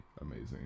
amazing